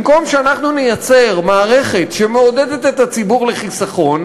במקום שאנחנו נייצר מערכת שמעודדת את הציבור לחיסכון,